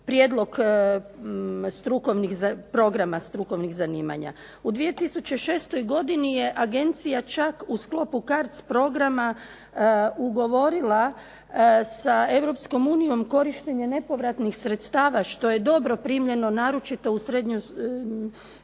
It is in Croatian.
prijedlog programa strukovnih zanimanja. U 2006. godini je Agencija čak u sklopu CARDS programa ugovorila sa Europskom unijom korištenje nepovratnih sredstava što je dobro primljeno naročito u srednjim